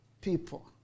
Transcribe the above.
people